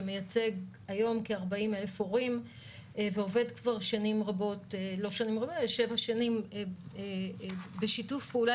שמייצג היום כ-40,000 הורים ועובד כבר כשבע שנים בשיתוף פעולה